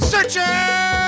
Searching